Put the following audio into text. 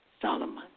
Solomon